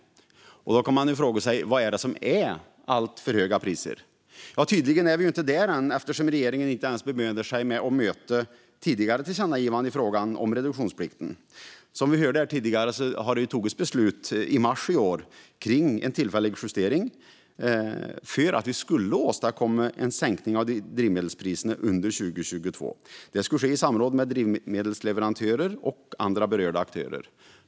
Då kan man ju fråga sig vad som är alltför höga priser. Tydligen är vi inte där än, eftersom regeringen inte ens bemödar sig med att möta tidigare tillkännagivanden i frågan om reduktionsplikten. Som vi hörde här tidigare har det ju tagits beslut i mars i år om en tillfällig justering för att vi skulle åstadkomma en sänkning av drivmedelspriserna under 2022. Det skulle ske i samråd med drivmedelsleverantörer och andra berörda aktörer.